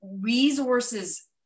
resources